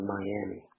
Miami